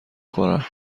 خورم